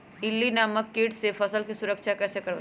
इल्ली नामक किट से फसल के सुरक्षा कैसे करवाईं?